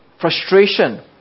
frustration